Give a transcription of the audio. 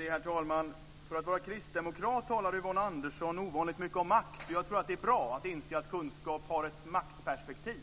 Herr talman! För att vara kristdemokrat talar Yvonne Andersson ovanligt mycket om makt. Jag tror att det är bra att inse att kunskap har ett maktperspektiv.